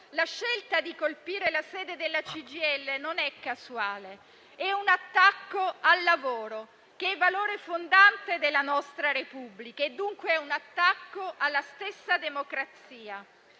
La scelta di colpire la sede della CGIL non è casuale: è un attacco al lavoro, che è valore fondante della nostra Repubblica, e dunque è un attacco alla stessa democrazia.